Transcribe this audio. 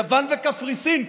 יפן וקפריסין,